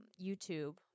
YouTube